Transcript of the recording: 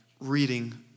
reading